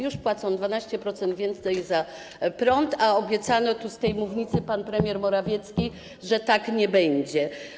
Już płacą 12% więcej za prąd, a obiecano tu, z tej mównicy - pan premier Morawiecki obiecał - że tak nie będzie.